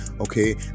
Okay